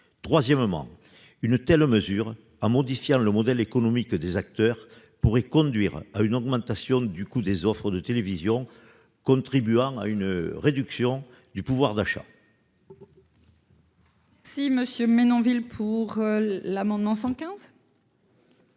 Troisièmement, une telle mesure, en modifiant le modèle économique des acteurs, pourrait conduire à une augmentation du coût des offres de télévision, contribuant ainsi à une réduction du pouvoir d'achat. La parole est à M.